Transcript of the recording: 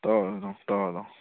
ꯇꯧꯔꯗꯧꯅꯤ ꯇꯧꯔꯗꯧꯅꯤ